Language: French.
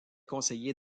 conseiller